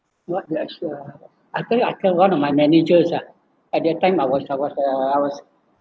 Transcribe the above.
what the extra ah I tell you I tell one of my managers ah at that time I was I was uh I was